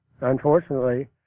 unfortunately